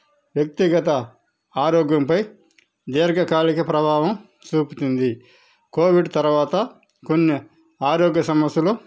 వ్యక్తిగత ఆరోగ్యంపై దీర్ఘకాలిక ప్రభావం చూపుతుంది కోవిడ్ తరవాత కొన్ని ఆరోగ్య సమస్యలు